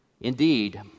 Indeed